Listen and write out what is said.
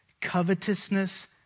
covetousness